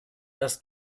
das